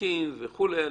ותיקים וכולי,